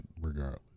regardless